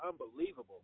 unbelievable